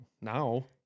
now